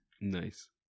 Nice